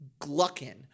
Gluckin